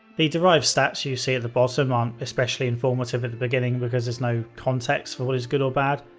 the derived stats you see at the bottom aren't especially informative at the beginning because there's no context for what is good or bad.